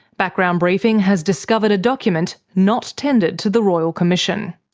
background briefing has discovered a document not tendered to the royal commission.